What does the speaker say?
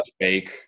fake